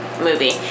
movie